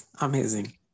amazing